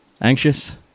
anxious